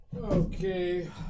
Okay